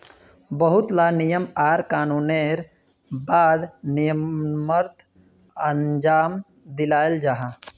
बहुत ला नियम आर कानूनेर बाद निर्यात अंजाम दियाल जाहा